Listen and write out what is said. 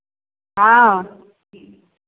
हँ